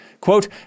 Quote